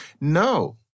No